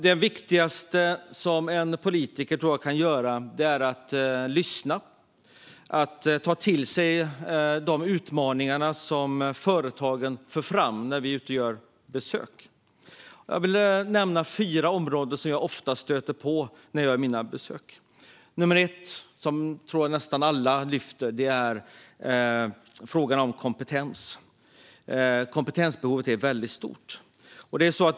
Det viktigaste som en politiker kan göra, tror jag, är att lyssna och ta till sig de utmaningar som företagen för fram när vi är ute och gör besök. Jag vill nämna fyra områden som jag ofta stöter på när jag gör mina besök. Nummer ett är en fråga som nästan alla lyfter fram, nämligen kompetens. Kompetensbehovet är väldigt stort.